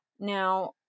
Now